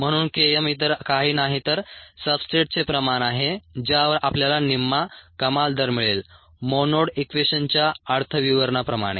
म्हणून K m इतर काही नाही तर सब्सट्रेटचे प्रमाण आहे ज्यावर आपल्याला निम्मा कमाल दर मिळेल मोनोड इक्वेशनच्या अर्थविवरणा प्रमाणे